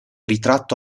ritratto